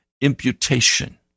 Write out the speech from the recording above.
imputation